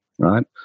right